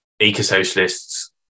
eco-socialists